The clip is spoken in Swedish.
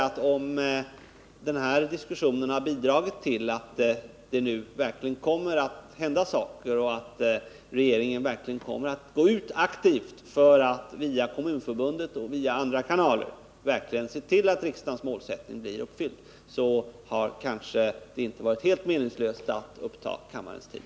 Om den här diskussionen har bidragit till att det nu verkligen kommer att hända någonting och att regeringen aktivt går ut för att via Kommunförbundet och andra kanaler se till att riksdagens målsättning blir uppfylld har det kanske inte varit helt meningslöst att uppta kammarens tid.